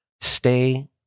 Stay